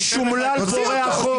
האיש אומלל, פורע חוק.